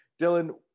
Dylan